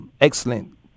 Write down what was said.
excellent